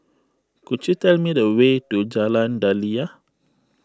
could you tell me the way to Jalan Daliah